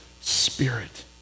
spirit